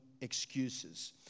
excuses